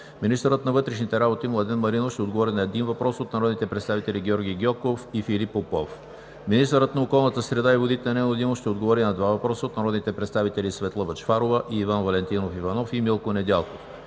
Министърът на вътрешните работи Младен Маринов ще отговори на един въпрос от народните представители Георги Гьоков и Филип Попов. 5. Министърът на околната среда и водите Нено Димов ще отговори на два въпроса от народните представители Светла Бъчварова и Иван Валентинов Иванов, и Милко Недялков.